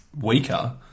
weaker